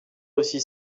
aussi